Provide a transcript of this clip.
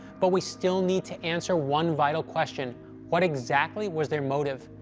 but we still need to answer one vital question what exactly was their motive?